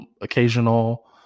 occasional